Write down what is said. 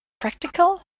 practical